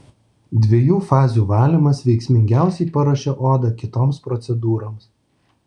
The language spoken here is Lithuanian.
dviejų fazių valymas veiksmingiausiai paruošia odą kitoms procedūroms